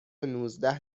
نوزده